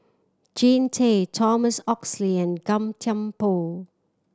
Jean Tay Thomas Oxley and Gan Thiam Poh